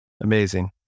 Amazing